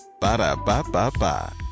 Ba-da-ba-ba-ba